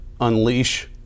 unleash